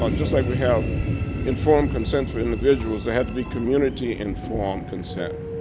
ah just like we have informed consent for individuals there had to be community informed consent.